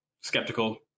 skeptical